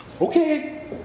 Okay